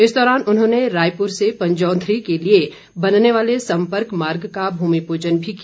इस दौरान उन्होंने रायपुर से पंजौधरी के लिए बनने वाले सम्पर्क मार्ग का भूमि पूजन भी किया